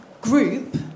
group